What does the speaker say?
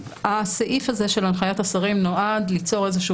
הסעיף הזה של הנחיית השרים נועד ליצור איזה שהוא